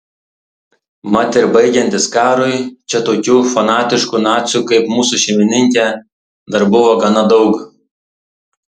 mat ir baigiantis karui čia tokių fanatiškų nacių kaip mūsų šeimininkė dar buvo gana daug